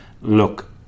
look